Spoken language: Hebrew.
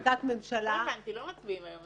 לא מצביעים היום,